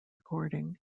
recording